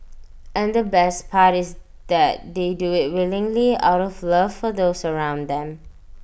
and the best part is that they do IT willingly out of love for those around them